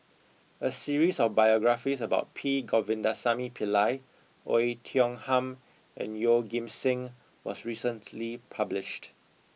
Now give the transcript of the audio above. a series of biographies about P Govindasamy Pillai Oei Tiong Ham and Yeoh Ghim Seng was recently published